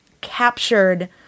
captured